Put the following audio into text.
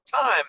time